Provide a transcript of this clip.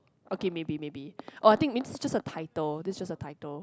okay maybe maybe or I think it just a title this just a title